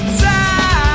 time